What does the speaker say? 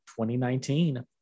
2019